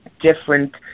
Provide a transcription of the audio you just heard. different